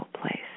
place